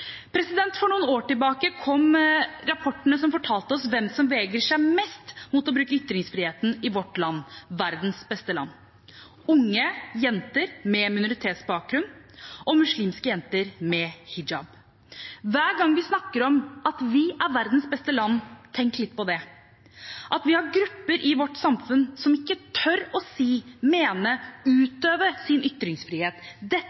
For noen år tilbake kom rapportene som fortalte oss hvem vegrer seg mest mot å bruke ytringsfriheten i vårt land, verdens beste land: unge jenter med minoritetsbakgrunn og muslimske jenter med hijab. Hver gang vi snakker om at vi er verdens beste land, tenk litt på det at vi har grupper i vårt samfunn som ikke tør å si, mene og utøve sin ytringsfrihet. Dette